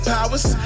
Powers